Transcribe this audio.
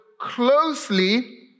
closely